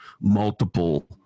multiple